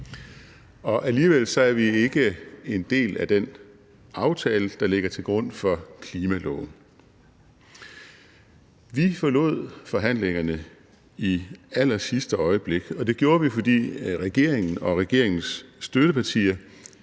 Alligevel er vi ikke en del af den aftale, der ligger til grund for klimaloven. Vi forlod forhandlingerne i allersidste øjeblik, og det gjorde vi, fordi regeringen og regeringens støttepartier